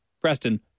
Preston